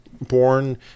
born